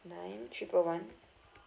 nine triple one